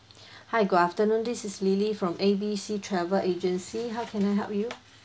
hi good afternoon this is lily from A B C travel agency how can I help you